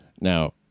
Now